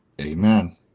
amen